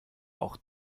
auch